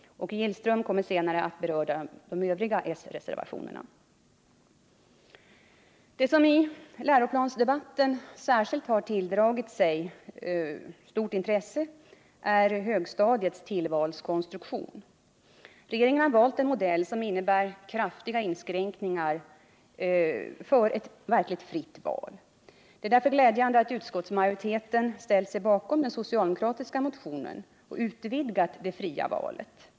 Åke Gillström kommer senare att beröra de övriga s-reservationerna. Det som i läroplansdebatten särskilt har tilldragit sig stort intresse är högstadiets tillvalskonstruktion. Regeringen har valt en modell som innebär kraftiga inskränkningar för ett verkligt fritt val. Det är därför glädjande att utskottsmajoriteten ställt sig bakom den socialdemokratiska motionen och utvidgat det fria valet.